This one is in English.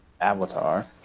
avatar